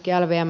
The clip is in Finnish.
ssä